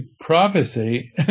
prophecy